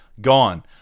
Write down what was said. gone